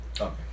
Okay